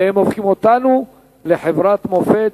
והם הופכים אותנו לחברת מופת,